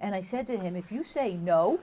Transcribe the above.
and i said to him if you say no